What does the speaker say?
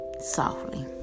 softly